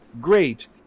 great